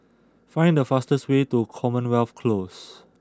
find the fastest way to Commonwealth Close